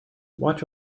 watch